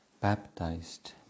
baptized